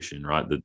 right